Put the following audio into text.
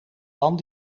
pan